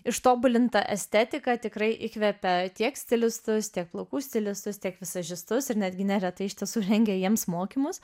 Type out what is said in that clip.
ištobulinta estetika tikrai įkvepia tiek stilistus tiek plaukų stilistus tiek vizažistus ir netgi neretai iš tiesų rengia jiems mokymus